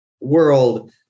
world